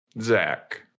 Zach